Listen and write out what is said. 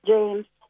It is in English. James